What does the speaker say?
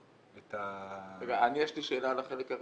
את ה --- יש לי שאלה על החלק הראשון.